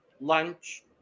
lunch